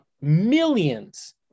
millions